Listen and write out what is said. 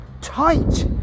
tight